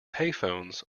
payphones